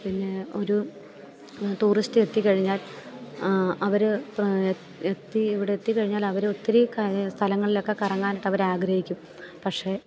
പിന്നെ ഒരു ടൂറിസ്റ്റ് എത്തിക്കഴിഞ്ഞാൽ അവര് എത്തി ഇവിടെ എത്തിക്കഴിഞ്ഞാൽ അവര് ഒത്തിരി സ്ഥലങ്ങളിലൊക്കെ കറങ്ങാൻ അവരാഗ്രഹിക്കും പക്ഷെ